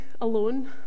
alone